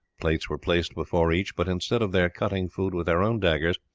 plates were placed before each but instead of their cutting food with their own daggers,